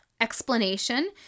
explanation